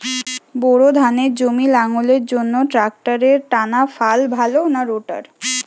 Bore ধানের জমি লাঙ্গলের জন্য ট্রাকটারের টানাফাল ভালো না রোটার?